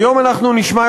היום אנחנו נשמע,